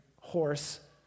horse